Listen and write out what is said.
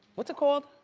what's it called?